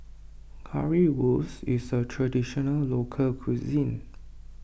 Currywurst is a Traditional Local Cuisine